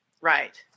Right